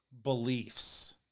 beliefs